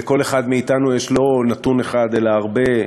לכל אחד מאתנו יש לא נתון אחד אלא הרבה: